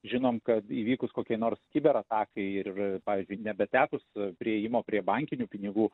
žinom kad įvykus kokiai nors kiber atakai ir pavyzdžiui nebetekus priėjimo prie bankinių pinigų